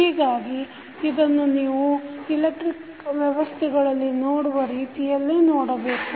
ಹೀಗಾಗಿ ಇದನ್ನು ನೀವು ಇಲೆಕ್ಟ್ರಿಕ್ ವ್ಯವಸ್ಥೆಗಳಲ್ಲಿ ನೋಡುವ ರೀತಿಯಲ್ಲೆ ನೋಡಬೇಕು